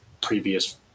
previous